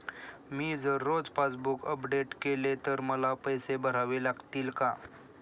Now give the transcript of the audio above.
मी जर रोज passbook update केले तर मला पैसे भरावे लागतील का?